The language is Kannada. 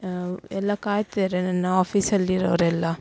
ಎಲ್ಲ ಕಾಯ್ತಾರೆ ನನ್ನ ಆಫೀಸಲ್ಲಿ ಇರೋರೆಲ್ಲ